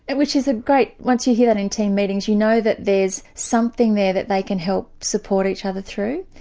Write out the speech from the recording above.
and which is ah great, once you hear that in team meetings you know that there's something there that they can help support each other through.